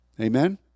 Amen